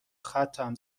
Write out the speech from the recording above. خطم